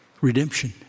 Redemption